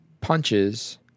punches